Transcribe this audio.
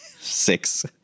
six